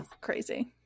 crazy